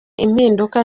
impinduka